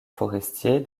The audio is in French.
forestier